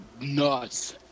Nuts